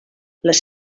les